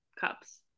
Cups